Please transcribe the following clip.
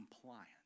compliant